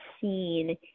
seen